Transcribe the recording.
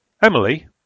Emily